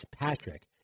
Patrick